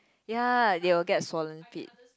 ya they will get swollen feet